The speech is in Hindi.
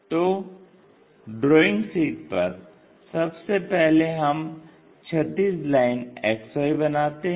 तो ड्राईंग शीट पर सबसे पहले हम क्षैतिज लाइन XY बनाते हैं